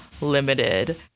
limited